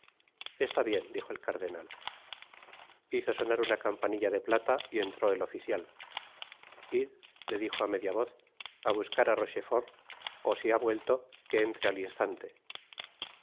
está bien dijo el cardenat hizo sonar una campanilla de plata y entró el oficial id le dijo á media voz á buscar á rochefort ó si ha vuelto que entre al instante